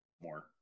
more